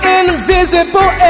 invisible